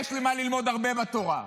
יש לי מה ללמוד הרבה בתורה.